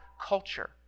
culture